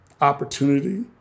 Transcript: opportunity